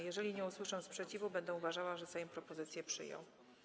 Jeżeli nie usłyszę sprzeciwu, będę uważała, że Sejm propozycję przyjął.